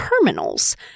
Terminals